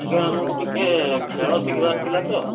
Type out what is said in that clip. ଆଜ୍ଞା ଆମକୁ ଟିକେ ଖେଳ ଶିଖିବାର ଥିଲା ତ